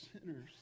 sinners